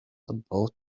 about